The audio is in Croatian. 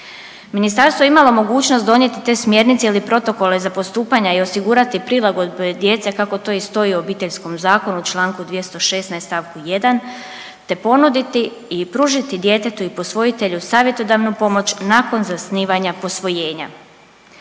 Ministarstvo je imalo mogućnost donijeti te smjernice ili protokole za postupanja i osigurati prilagodbe djece kako to i stoji u Obiteljskom zakonu u čl. 216. st. 1., te ponuditi i pružiti djetetu i posvojitelju savjetodavnu pomoć nakon zasnivanja posvojenja.